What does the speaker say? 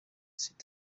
sida